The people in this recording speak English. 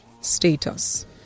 status